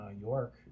york